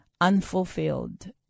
unfulfilled